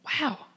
Wow